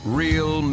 real